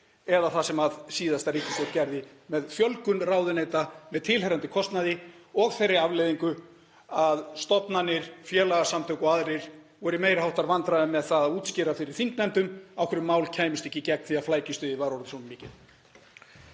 eða það sem síðasta ríkisstjórn gerði með fjölgun ráðuneyta með tilheyrandi kostnaði og þeirri afleiðingu að stofnanir, félagasamtök og aðrir voru í meiri háttar vandræðum með að útskýra fyrir þingnefndum af hverju mál kæmust ekki í gegn því að flækjustigið var orðið svo mikið.